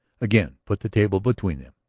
again put the table between them.